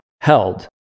held